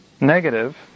negative